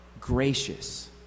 gracious